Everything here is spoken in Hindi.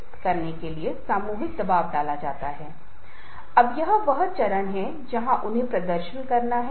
अच्छा नेता हमेशा टीम की ऊर्जा को ऊर्जावान करता है वह ऊर्जा से भरपूर ऊर्जा देता है